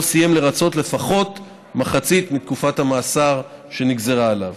סיים לרצות לפחות מחצית מתקופת המאסר שנגזרה עליו.